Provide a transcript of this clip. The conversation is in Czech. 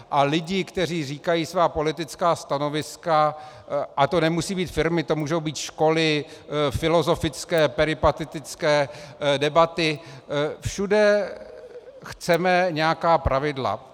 A lidi, kteří říkají svá politická stanoviska, a to nemusí být firmy, to mohou být školy, filozofické, peripatetické debaty, všude chceme nějaká pravidla.